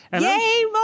Yay